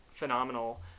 phenomenal